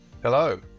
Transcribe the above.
Hello